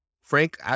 Frank